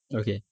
okay